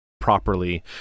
properly